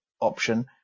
option